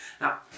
Now